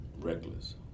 Reckless